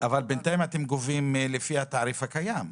--- בינתיים אתם גובים לפי התעריף הקיים.